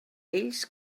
ells